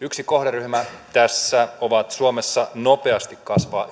yksi kohderyhmä tässä on suomessa nopeasti kasvava